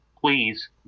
please